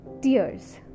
Tears